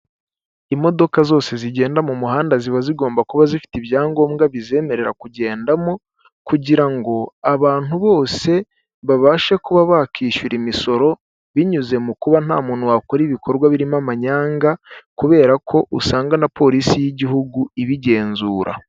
Imodoka zose zigenda mu muhanda, ziba zigomba kuba zifite ibyangombwa bizemerera kugendamo, kugira ngo abantu bose babashe kuba bakwishyura imisoro binyuze mu kuba nta muntu wakora ibikorwa birimo amanyanga, kubera ko usanga na porisi y'igihugu ibigenzura.